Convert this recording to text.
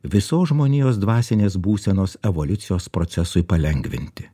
visos žmonijos dvasinės būsenos evoliucijos procesui palengvinti